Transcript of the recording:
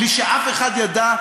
בלי שאף אחד ידע,